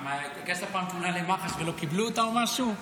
למה --- ולא קיבלו אותה או משהו?